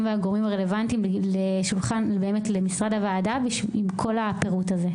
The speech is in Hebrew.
והגורמים הרלוונטיים לשולחן הוועדה עם כל הפירוט הזה.